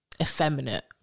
effeminate